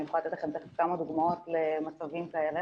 אני יכולה לתת לכם תכף כמה דוגמאות למצבים כאלה,